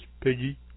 Piggy